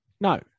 No